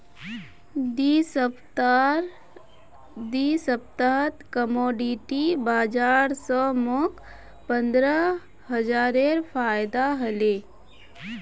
दी सप्ताहत कमोडिटी बाजार स मोक पंद्रह हजारेर फायदा हले